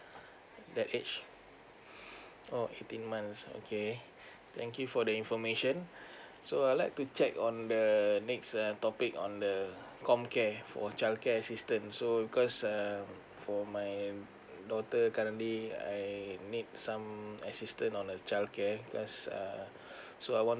the age oh eighteen months okay thank you for the information so I'd like to check on the the next uh topic on the comcare for childcare system so because err for my daughter currently uh I need some um assistant on the childcare cause err so I want